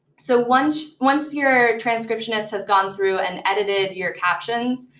so once once your transcriptionist has gone through and edited your captions,